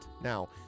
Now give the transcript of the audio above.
now